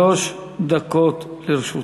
שלוש דקות לרשותך.